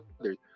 others